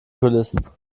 kulissen